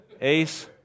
Ace